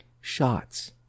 Shots